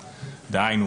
דהיינו,